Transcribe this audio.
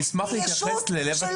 אני אשמח להתייחס לטענות קודם כל